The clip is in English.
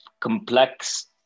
complex